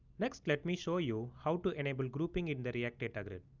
next let me show you how to enable grouping in the react data grid.